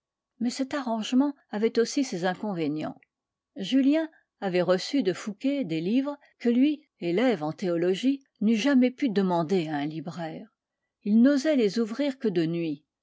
mais cet arrangement avait aussi ses inconvénients julien avait reçu de fouqué des livres que lui élève en théologie n'eût jamais pu demander à un libraire il n'osait les ouvrir que de nuit